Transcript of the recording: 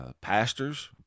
pastors